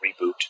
reboot